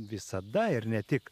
visada ir ne tik